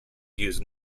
used